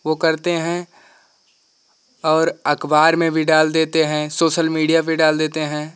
वह करते हैं और अखबार में भी डाल देते हैं सोशल मीडिया पर डाल देते हैं